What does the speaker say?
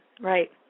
right